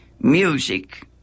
Music